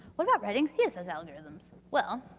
what about writing css algorithms? well,